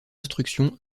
instruction